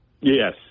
Yes